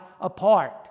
apart